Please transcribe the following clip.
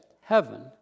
heaven